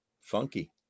Funky